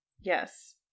Yes